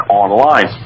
online